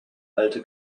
alte